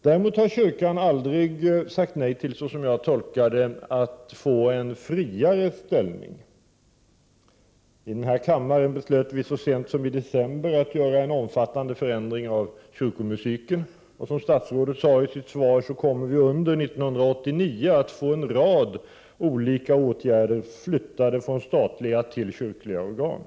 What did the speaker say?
Däremot har kyrkan aldrig sagt nej till, som jag tolkar det, att få en friare ställning. I denna kammare beslöt vi så sent som i december att göra en omfattande förändring inom kyrkomusiken. Som statsrådet sade i sitt svar kommer vi under 1989 att få en rad olika åtgärder flyttade från statliga till kyrkliga organ.